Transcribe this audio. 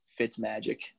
Fitzmagic